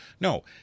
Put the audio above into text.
No